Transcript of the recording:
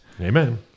Amen